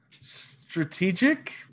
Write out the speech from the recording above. Strategic